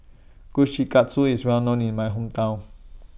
Kushikatsu IS Well known in My Hometown